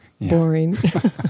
boring